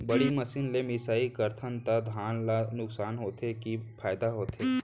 बड़ी मशीन ले मिसाई करथन त धान ल नुकसान होथे की फायदा होथे?